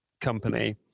company